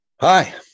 Hi